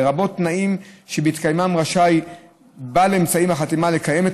לרבות תנאים שבהתקיימם רשאי בעל אמצעי החתימה לקיים את